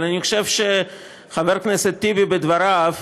אני חושב שחבר הכנסת טיבי בדבריו,